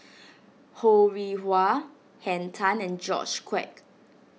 Ho Rih Hwa Henn Tan and George Quek